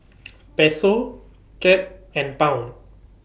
Peso Cad and Pound